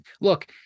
look